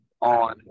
on